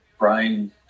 Brian